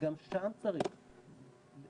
גם לשם צריך ללכת.